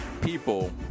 people